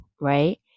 right